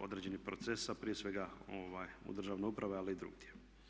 određenih procesa, prije svega u državnoj upravi, ali i drugdje.